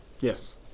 yes